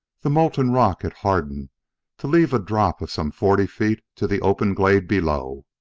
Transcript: the molten rock had hardened to leave a drop of some forty feet to the open glade below.